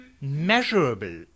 measurable